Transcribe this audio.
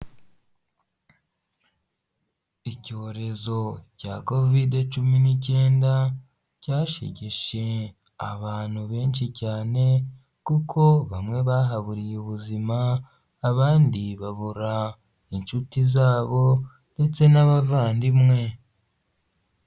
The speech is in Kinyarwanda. Icyorezo cya kovide cumi n'icyenda cyashegeshe abantu benshi cyane, kuko bamwe bahaburiye ubuzima abandi babura inshuti zabo, ndetse n'abavandimwe.